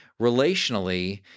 relationally